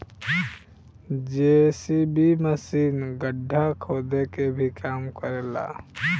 JCB machine गड्ढा खोदे के भी काम करे ला